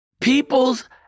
People's